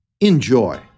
Enjoy